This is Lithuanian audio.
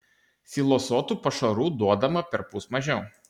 silosuotų pašarų duodama perpus mažiau